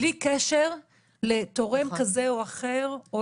בלי קשר לתורם כזה או אחר.